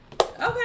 Okay